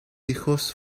hijos